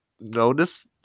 notice